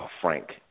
frank